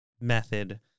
method